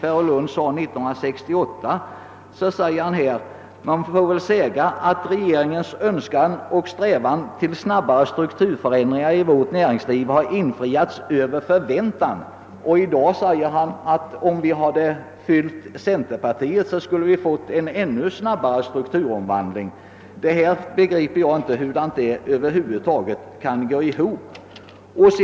1968 sade herr Nilsson i Tvärålund: Man får väl säga att regeringens önskan och strävan till snabba strukturförändringar i vårt näringsliv har infriats över förväntan. I dag säger han att om vi hade följt centerpartiet skulle vi ha fått en ännu snabbare strukturomvandling. Jag förstår inte hur det över huvud taget kan gå ihop.